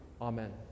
Amen